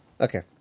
okay